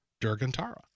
Durgantara